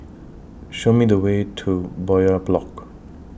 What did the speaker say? Show Me The Way to Bowyer Block